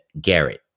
Garrett